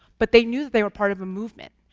but they knew that they were part of a movement,